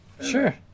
Sure